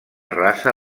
raça